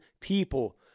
people